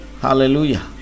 hallelujah